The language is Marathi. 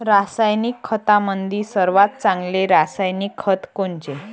रासायनिक खतामंदी सर्वात चांगले रासायनिक खत कोनचे?